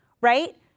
right